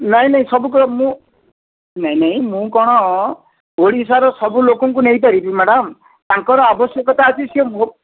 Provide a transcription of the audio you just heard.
ନାଇଁ ନାଇଁ ସବୁ ମୁଁ ନାଇଁ ନାଇଁ ମୁଁ କ'ଣ ଓଡ଼ିଶାର ସବୁ ଲୋକଙ୍କୁ ନେଇପାରିବି ମାଡ଼ାମ୍ ତାଙ୍କର ଆବଶ୍ୟକତା ଅଛି ସେ ମୋ